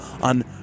on